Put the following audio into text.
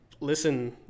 listen